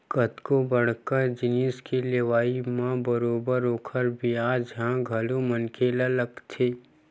कतको बड़का जिनिस के लेवई म बरोबर ओखर बियाज ह घलो मनखे ल लगथे